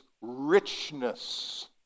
richness